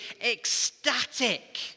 ecstatic